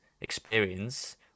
experience